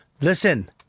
Listen